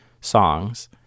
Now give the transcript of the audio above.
songs